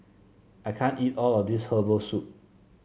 I can't eat all of this Herbal Soup